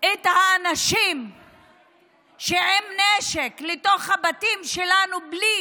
אנשים עם נשק לתוך הבתים שלנו בלי